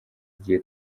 igihe